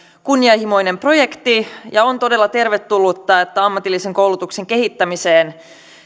kunnianhimoinen projekti ja on todella tervetullutta että ammatillisen koulutuksen kehittämiseen